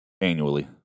annually